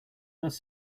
does